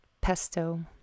pesto